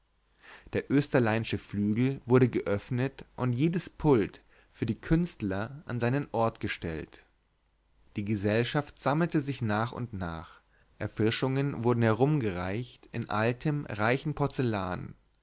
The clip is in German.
der österleinische flügel wurde geöffnet und jedes pult für die künstler an seinen ort gestellt die gesellschaft sammelte sich nach und nach erfrischungen wurden herumgereicht in altem reichen porzellan